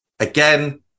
Again